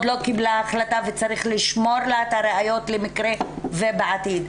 לא קיבלה החלטה וצריך לשמור לה את הראיות למקרה והיא תחליט שכן בעתיד.